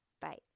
Bye